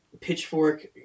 Pitchfork